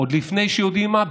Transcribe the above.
עוד לפני שיודעים מה,